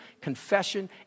confession